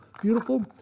beautiful